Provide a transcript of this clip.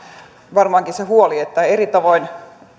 varmaankin se huoli että eri tavoin